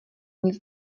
nic